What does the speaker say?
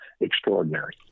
extraordinary